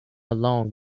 along